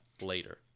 later